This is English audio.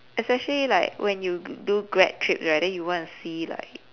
especially like when you do grad trip right then you want to see like